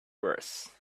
worse